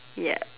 ya